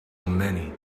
many